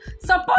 Support